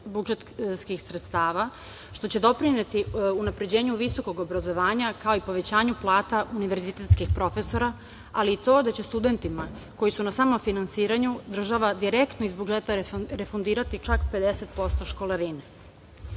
budžetskih sredstava, što će doprineti unapređenju visokog obrazovanja, kao i povećanju plata univerzitetskih profesora, ali i to da će studentima koji su na samofinansiranju država direktno iz budžeta refundirati čak 50% školarine.Međutim,